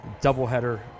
doubleheader